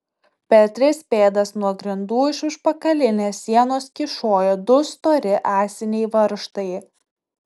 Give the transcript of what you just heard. per tris pėdas nuo grindų iš užpakalinės sienos kyšojo du stori ąsiniai varžtai